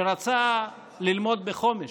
שרצה ללמוד בחומש,